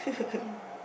yeah